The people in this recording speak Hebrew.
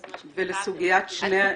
אז משקיפה אתם מסכימים?